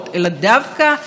ועל מה?